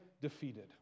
defeated